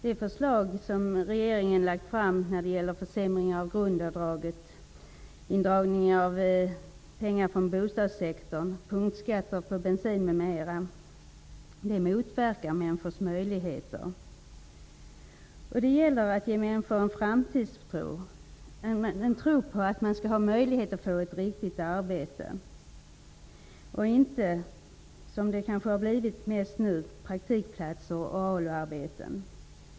De förslag regeringen lagt fram när det gäller försämringar av grundavdraget, indragning av pengar från bostadssektorn, punktskatter på bensin m.m. motverkar människors möjligheter. Det gäller att ge människor en framtidstro, en tro på att man skall ha möjlighet att få ett riktigt arbete, och inte praktikplatser och ALU-arbeten, som det kanske blivit mest nu.